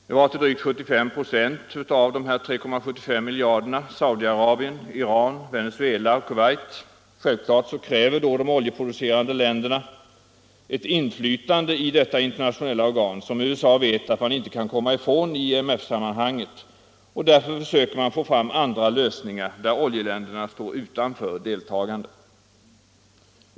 Det var till drygt 75 96 av de 3,75 miljarderna Saudiarabien, Iran, Venezuela och Kuwait. Självklart kräver då de oljeproducerande länderna ett inflytande i detta internationella organ, som USA vet att man inte kan komma ifrån i IMF-sammanhanget. Därför försöker man få fram andra lösningar, där oljeländerna står utanför deltagande.